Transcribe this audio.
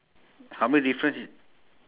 ya